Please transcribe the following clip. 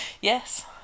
Yes